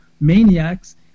maniacs